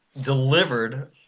delivered